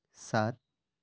सात